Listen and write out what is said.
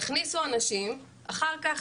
תכניסו אנשים, אחר כך